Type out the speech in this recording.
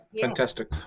fantastic